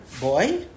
boy